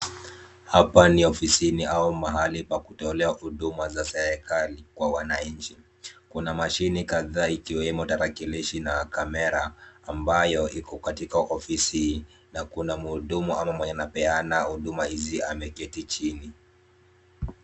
Hapa ni ofisini au mahali pa kutolea huduma za serikali kwa wananchi. Kuna mashini kadhaa ikiwemo tarakilishi na kamera ambayo iko katika ofisi hii na kuna mhudumu ama mwenye anapeana huduma hizi ameketi chini.